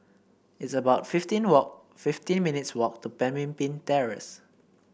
it's about fifteen walk fifteen minutes' walk to Pemimpin Terrace